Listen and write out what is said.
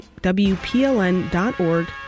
WPLN.org